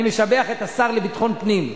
אני משבח את השר לביטחון פנים,